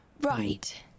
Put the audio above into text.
Right